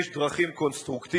יש דרכים קונסטרוקטיביות.